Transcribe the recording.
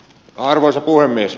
arvoisa puhemies